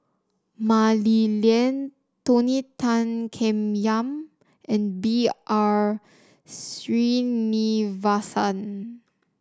Mah Li Lian Tony Tan Keng Yam and B R Sreenivasan